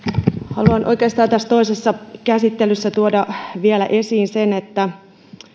haluan oikeastaan tässä toisessa käsittelyssä tuoda vielä esiin sen